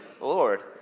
Lord